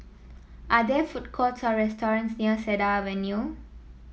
are there food courts or restaurants near Cedar Avenue